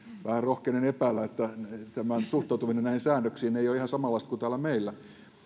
rohkenen epäillä että suhtautuminen näihin säädöksiin ei ole ihan samanlaista kuin täällä meillä